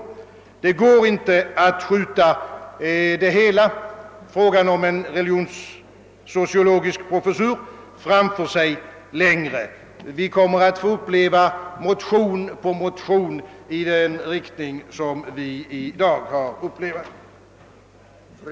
Det går inte att skjuta spörsmålet om en religionssociologisk professur framför sig längre. Vi kommer att få uppleva motion på motion av det slag som vi i dag behandlar.